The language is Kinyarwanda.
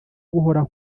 guhora